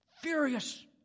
furious